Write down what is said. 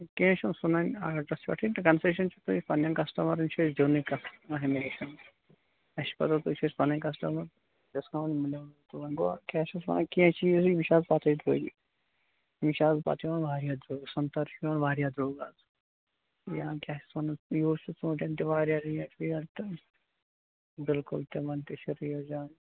کیٚنٛہہ چھُنہٕ سُہ نَنہِ آڈرَس پیٹھٕے تہٕ کَنسیشن چھِ أسۍ پَننیٚن کَسٹمرَن چھِ أسۍ دِونٕے ہَمیشہِ اسہِ چھُ پتاہ تُہی چھِو اسہِ پَنٕنۍ کَسٹمر ڈِسکاوُنٛٹ میلِو تہٕ وۅنۍ گوٚو کیٛاہ چھِ وَنن اَتھ کیٚنٛہہ چیٖزٕے وُچھان پَتٕے تُہۍ وُچھ حظ پتہٕ چھِ پیٚوان واریاہ درٛۄگۍ سنٛگتر چھِ پیٚوان واریاہ دُرۄگۍ یہِ حظ کیٛاہ چھِس وَنان یِہُس چھُ ژوٗنٛٹیٚن تہِ واریاہ ریٹ ویٹ تہٕ بَلکُل تِمن تہِ چھِ ریٹ زیادٕ